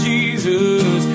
Jesus